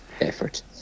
effort